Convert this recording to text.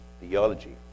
theology